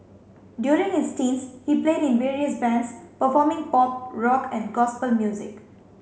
during his teens he played in various bands performing pop rock and gospel music